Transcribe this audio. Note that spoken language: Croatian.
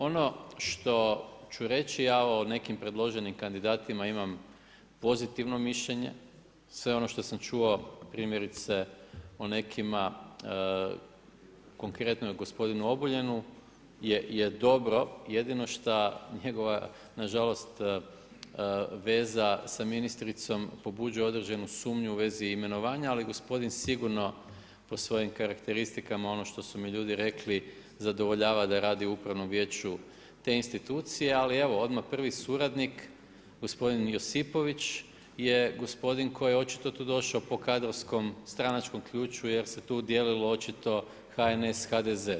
Ono što ću reći, ja o nekim predloženim kandidatima imam pozitivno mišljenje, sve ono što sam čuo, primjerice o nekima, konkretno o gospodinu Obuljenu je dobro, jedino šta njegova, nažalost veza sa ministricom pobuđuje određenu sumnju u vezi imenovanja, ali gospodin sigurno po svojim karakteristikama, ono što su mi ljudi rekli, zadovoljava da radi u upravnom vijeću te institucije, ali evo odmah prvi suradnik gospodin Josipović je gospodin koji je očito tu došao po kadrovskom stranačkom ključu jer se tu dijelilo očito HNS, HDZ.